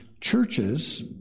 churches